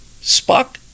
Spock